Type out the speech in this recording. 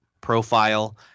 profile